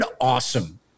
awesome